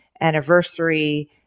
anniversary